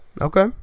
Okay